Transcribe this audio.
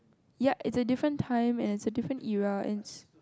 ya its a different time and it's a different era its